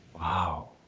Wow